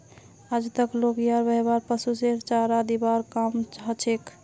आजक लोग यार व्यवहार पशुरेर चारा दिबार काम हछेक